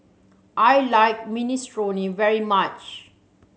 I like Minestrone very much